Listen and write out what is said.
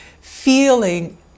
feeling